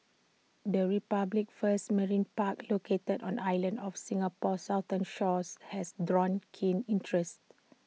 the republic's first marine park located on islands off Singapore's southern shores has drawn keen interest